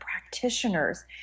practitioners